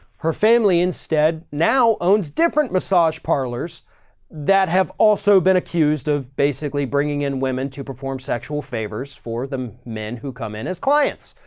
her family instead now owns different massage parlors that have also been accused of basically bringing in women to perform sexual favors for them. men who come in as clients.